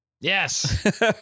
Yes